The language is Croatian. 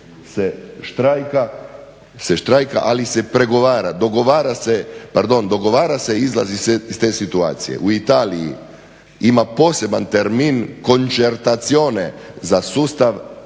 se štrajka, ali se pregovara, dogovara se, pardon dogovara se izlaz iz te situacije. U Italiji ima poseban termin končertacione za sustav